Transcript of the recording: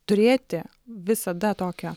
turėti visada tokią